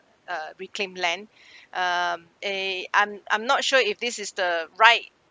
uh reclaim land um eh I'm I'm not sure if this is the right